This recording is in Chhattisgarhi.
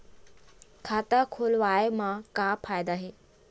खाता खोलवाए मा का फायदा हे